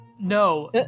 No